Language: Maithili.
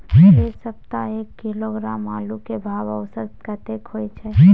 ऐ सप्ताह एक किलोग्राम आलू के भाव औसत कतेक होय छै?